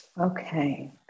Okay